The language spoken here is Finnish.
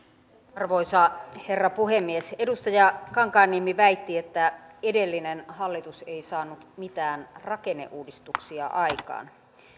arvoisa herra puhemies edustaja kankaanniemi väitti että edellinen hallitus ei saanut mitään rakenneuudistuksia aikaan